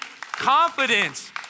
confidence